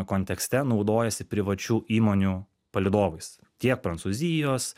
kontekste naudojasi privačių įmonių palydovais tiek prancūzijos